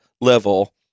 level